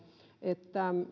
että